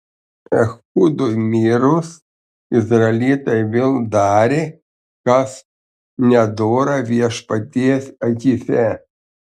ehudui mirus izraelitai vėl darė kas nedora viešpaties akyse